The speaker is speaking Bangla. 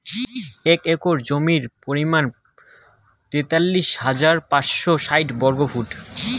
এক একর জমির পরিমাণ তেতাল্লিশ হাজার পাঁচশ ষাইট বর্গফুট